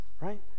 right